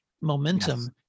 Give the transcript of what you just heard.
momentum